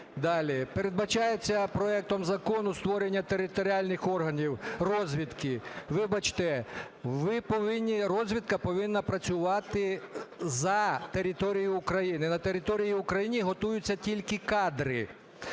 Передбачається проектом закону створення територіальних органів розвідки. Вибачте, ви повинні, розвідка повинна працювати за територією України. На території України готуються тільки кадри.